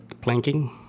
planking